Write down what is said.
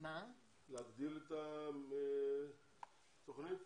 להגדיל את התוכנית?